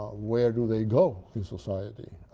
where do they go in society?